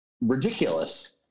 ridiculous